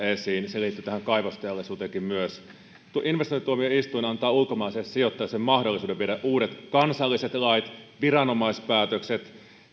esiin se liittyy tähän kaivosteollisuuteen myös investointituomioistuin antaa ulkomaalaiselle sijoittajalle mahdollisuuden viedä uudet kansalliset lait viranomaispäätökset